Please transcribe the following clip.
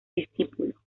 discípulo